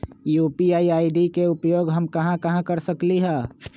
UPI ID के उपयोग हम कहां कहां कर सकली ह?